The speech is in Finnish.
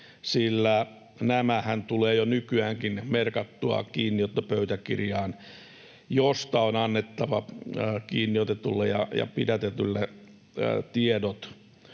sillä nämähän tulee jo nykyäänkin merkattua kiinniottopöytäkirjaan, josta on annettava kiinniotetulle ja pidätetylle tiedot